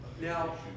Now